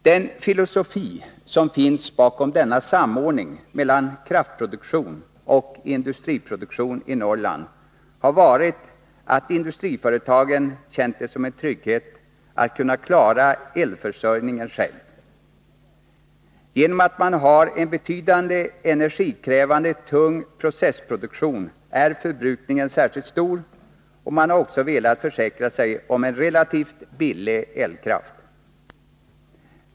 Den filosofi som legat bakom denna samordning mellan kraftproduktion och industriproduktion i Norrland har varit, att industriföretagen känt det som en trygghet att kunna klara elförsörjningen själva. Genom att man har en betydande och energikrävande tung processproduktion är förbrukningen särskilt stor, och man har velat försäkra sig om en relativt billig elkraft.